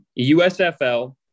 USFL